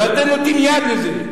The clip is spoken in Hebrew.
ואתם נותנים יד לזה.